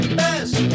best